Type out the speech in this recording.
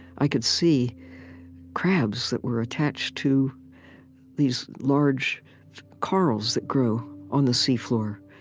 i could see crabs that were attached to these large corals that grow on the sea floor.